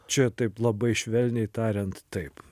čia taip labai švelniai tariant taip